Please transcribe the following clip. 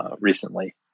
recently